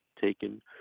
taken